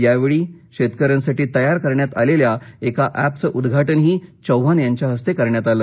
यावेळी शेतकऱ्यांसाठी तयार करण्यात आलेल्या एका एपचं उद्घाटनही चौहान यांच्या हस्ते यावेळी करण्यात आलं